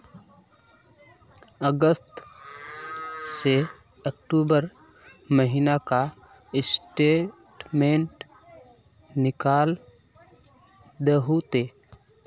अगस्त से अक्टूबर महीना का स्टेटमेंट निकाल दहु ते?